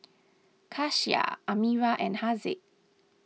Kasih Amirah and Haziq